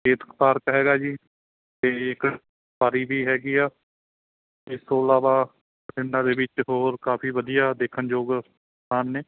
Chetak park ਹੈਗਾ ਜੀ ਅਤੇ ਇੱਕ ਵੀ ਹੈਗੀ ਆ ਇਹ ਤੋਂ ਇਲਾਵਾ ਪਿੰਡਾਂ ਦੇ ਵਿੱਚ ਹੋਰ ਕਾਫੀ ਵਧੀਆ ਦੇਖਣਯੋਗ ਸਥਾਨ ਨੇ